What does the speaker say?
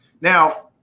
Now